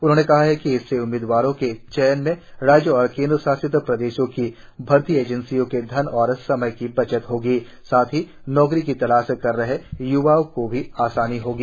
उन्होंने कहा कि इससे उम्मीदवारों के चयन में राज्यों और केंद्र शासित प्रदेशों की भर्ती एजेंसियों के धन और समय की बचत होगी साथ ही नौकरी की तलाश कर रहे य्वाओँ को भी आसानी होगी